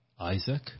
Isaac